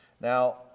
Now